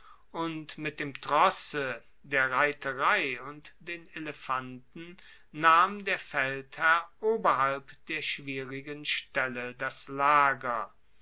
und mit dem trosse der reiterei und den elefanten nahm der feldherr oberhalb der schwierigen stelle das lager